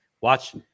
watch